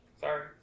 Sorry